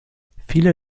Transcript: viele